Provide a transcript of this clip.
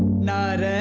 not